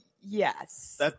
Yes